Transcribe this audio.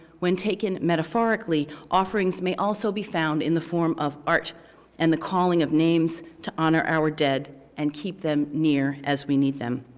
when taken metaphorically, offerings may also be found in the form of art and the calling of names to honor our dead and keep them near as we need them.